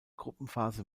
gruppenphase